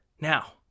Now